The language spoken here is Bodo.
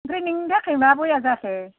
ओमफ्राय नोंनि थाखाय मा बया जाखो